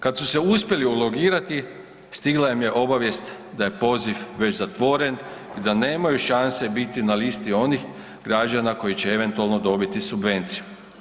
Kad su se uspjeli ulogirati, stigla im je obavijest da je poziv već zatvoren i da nemaju šanse biti na listi onih građana koji će eventualno dobiti subvenciju.